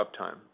uptime